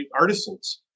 artisans